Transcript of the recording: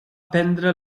prendre